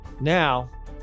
Now